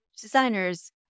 designers